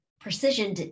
precision